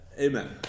Amen